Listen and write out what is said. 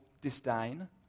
disdain